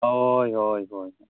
ᱦᱚᱭ ᱦᱚᱭ ᱦᱚᱭ